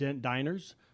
diners